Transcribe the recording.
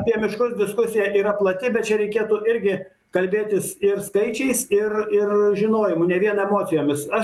apie miškus diskusija yra plati bet čia reikėtų irgi kalbėtis ir skaičiais ir ir žinojimu nė vien emocijomis aš